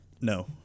No